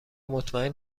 مطمئن